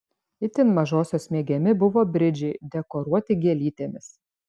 itin mažosios mėgiami buvo bridžiai dekoruoti gėlytėmis